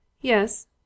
Yes